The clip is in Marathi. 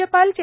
राज्यपाल चे